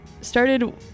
started